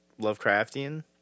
Lovecraftian